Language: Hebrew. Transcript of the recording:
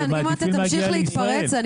הם מעדיפים להגיע לישראל.